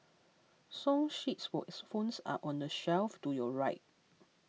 song sheets or xylophones are on the shelf to your right